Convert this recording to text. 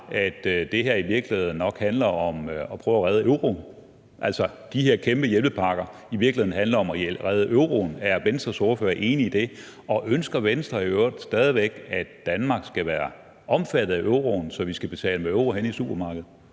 at det her i virkeligheden nok handler om at prøve og redde euroen, altså, at de her kæmpe hjælpepakker i virkeligheden handler om at redde euroen? Er Venstres ordfører enig i det? Og ønsker Venstre i øvrigt stadig væk, at Danmark skal være omfattet af euroen, så vi skal betale med euro henne i supermarkedet?